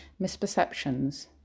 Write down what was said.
misperceptions